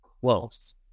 close